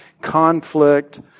conflict